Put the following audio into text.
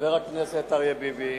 חבר הכנסת אריה ביבי,